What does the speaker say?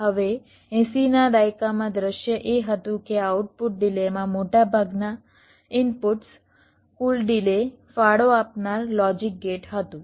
હવે 80 ના દાયકામાં દૃશ્ય એ હતું કે આઉટપુટ ડિલેમાં મોટાભાગના ઇનપુટ્સ કુલ ડિલે ફાળો આપનાર લોજિક ગેટ હતું